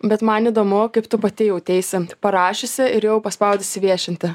bet man įdomu kaip tu pati jauteisi parašiusi ir jau paspaudusi viešinti